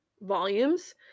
volumes